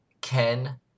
Ken